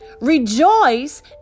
Rejoice